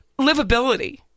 Livability